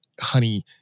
honey